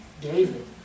David